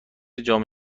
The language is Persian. جام